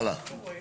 בוא נדבר